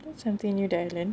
please continue the island